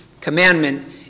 commandment